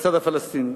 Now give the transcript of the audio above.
בצד הפלסטיני.